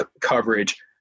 coverage